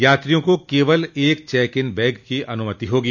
यात्रियों को केवल एक चेकइन बैग की अनुमति होगी